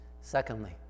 Secondly